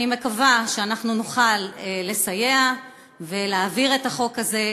אני מקווה שאנחנו נוכל לסייע ולהעביר את החוק הזה.